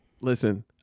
Listen